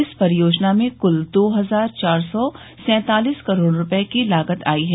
इस परियोजना में क्ल दो हजार चार सौ सैतालीस करोड़ रूपये की लागत आई है